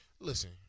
Listen